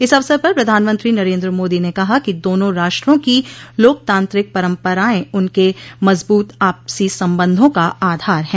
इस अवसर पर प्रधानमंत्री नरेन्द्र मोदी ने कहा कि दोनों राष्ट्रों की लोकतांत्रिक परम्पराएं उनके मजबूत आपसी संबंधों का आधार है